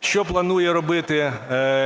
Що планує робити